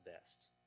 best